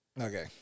Okay